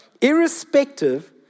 irrespective